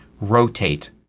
rotate